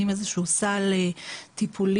איזשהו סל טיפולי.